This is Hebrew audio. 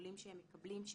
הטיפולים שהם מקבלים שם,